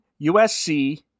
USC